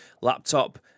laptop